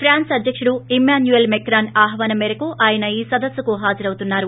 prawns అధ్యకుడు Emmanuel Macron ఆహ్వానం మేరకు ఆయన ఈ సదస్పుకు హాజరవుతున్నారు